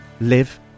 live